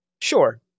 sure